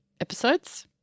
episodes